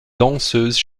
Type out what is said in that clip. danseuses